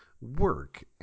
work